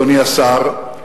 אדוני השר,